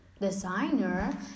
designer